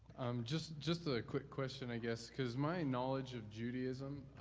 just just a quick question, i guess, because my knowledge of judaism